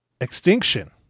extinction